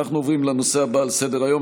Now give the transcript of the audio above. אנחנו עוברים לנושא הבא בסדר-היום,